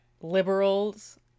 liberals